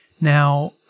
Now